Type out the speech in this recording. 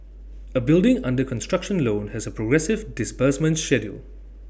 A building under construction loan has A progressive disbursement schedule